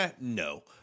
no